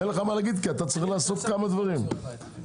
אעשה שיעורי בית לישיבה הבאה.